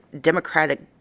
democratic